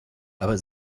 aber